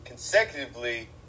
Consecutively